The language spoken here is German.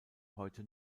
heute